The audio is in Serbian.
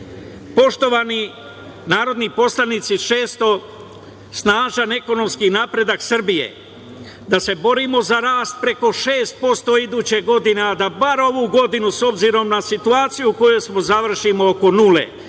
EU.Poštovani narodni poslanici, šesto, snažan ekonomski napredak Srbije, da se borimo za rast preko 6% iduće godina, a da bar ovu godinu s obzirom na situaciju u kojoj smo završimo oko nula,